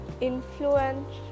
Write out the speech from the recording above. influence